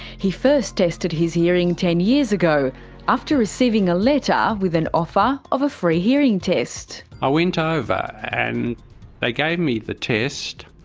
he first tested his hearing ten years ago after receiving a letter with an offer of a free hearing test. i went ah over, and they gave me the test,